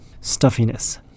stuffiness